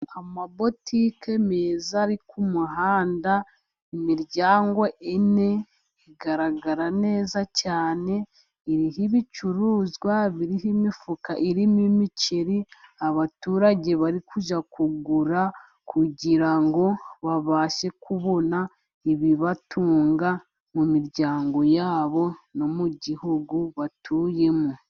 amabotiki meza ari ku muhanda imiryango ine igaragara neza cyane iriho ibicuruzwa biriho imifuka irimo imiceri abaturage bari kujya kugura kugira ngo babashe kubona ibibatunga mu miryango yabo no mu gihugu batuyemo